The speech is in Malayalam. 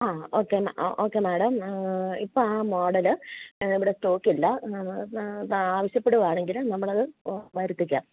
ആ ഓക്കെ മേ ഓക്കെ മാഡം ഇപ്പോൾ ആ മോഡൽ നമ്മുടെ സ്റ്റോക്കില്ല ആവശ്യപ്പെടുവാണെങ്കിൽ നമ്മൾ അത് വരുത്തിക്കാം